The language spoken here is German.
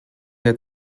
der